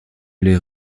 les